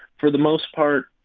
for the most part,